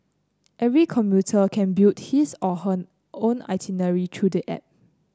every commuter can build his or her own itinerary through the app